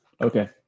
Okay